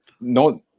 No